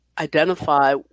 Identify